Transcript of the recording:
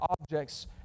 objects